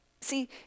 See